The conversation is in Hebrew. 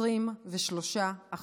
18%,